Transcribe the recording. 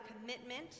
commitment